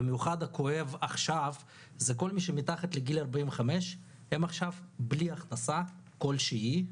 במיוחד הכואב עכשיו זה כל מי שמתחת לגיל 45 הם עכשיו בלי הכנסה כל שהיא,